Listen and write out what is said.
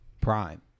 prime